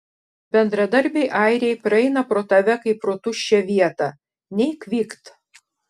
bendradarbiai airiai praeina pro tave kaip pro tuščią vietą nei kvykt